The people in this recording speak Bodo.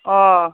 अह